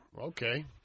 okay